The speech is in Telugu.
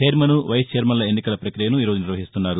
చైర్మన్ వైస్ ఛైర్మన్ల ఎన్నికల ప్రక్రియ ఈ రోజు నిర్వహిస్తున్నారు